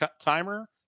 timer